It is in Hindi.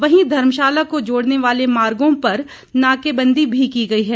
वहीं धर्मशाला को जोड़ने वाले मागोँ पर नाकेबंदी भी की गई है